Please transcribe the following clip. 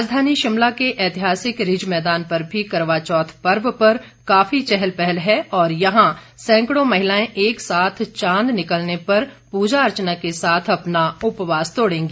राजधानी शिमला के एतिहासिक रिज मैदान पर भी करवा चौथ पर्व पर काफी चहल पहल है और यहां सैंकड़ों महिलाएं एक साथ चांद निकलने पर पूजा अर्चना के साथ अपना उपवास तोड़ेंगी